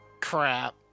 crap